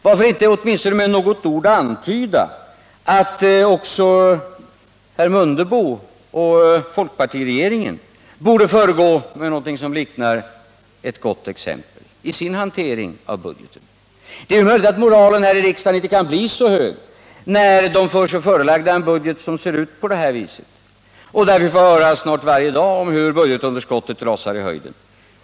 Varför inte åtminstone med något ord antyda att också herr Mundebo och folkpartiregeringen borde föregå med någonting som liknar ett gott exempel i sin hantering av budgeten? Det är möjligt att moralen här i riksdagen inte kan bli så hög när vi får oss förelagda en budget som ser ut på det här viset och när vi får höra snart sagt varje dag hur budgetunderskottet rusar i höjden.